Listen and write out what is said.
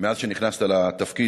מאז שנכנסת לתפקיד.